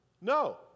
No